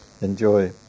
enjoy